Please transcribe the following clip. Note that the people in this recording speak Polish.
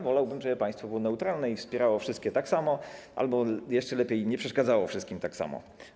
Ja wolałbym, żeby państwo było neutralne i wspierało wszystkich tak samo, albo, jeszcze lepiej, nie przeszkadzało wszystkim tak samo.